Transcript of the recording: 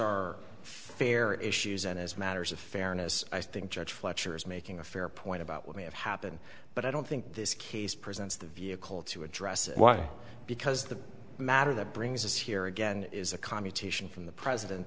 are fair issues and as matters of fairness i think judge fletcher is making a fair point about what may have happened but i don't think this case presents the vehicle to address one because the matter that brings us here again is a commutation from the president